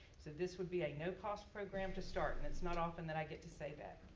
so this would be a no cost program to start. and it's not often that i get to say that.